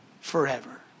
forever